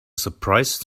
surprise